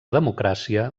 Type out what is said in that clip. democràcia